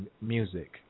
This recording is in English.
music